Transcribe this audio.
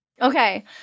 Okay